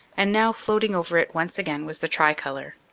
and now floating over it once again was the tricolor.